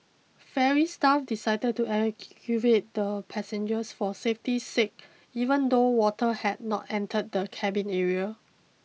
ferry staff decided to evacuate the passengers for safety sake even though water had not entered the cabin area